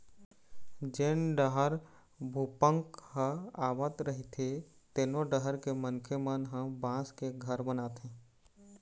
जेन डहर भूपंक ह आवत रहिथे तेनो डहर के मनखे मन ह बांस के घर बनाथे